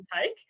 take